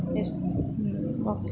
ಎಷ್ಟು ಓಕೆ